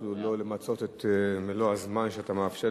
אפילו לא למצות את מלוא הזמן שאתה מאפשר,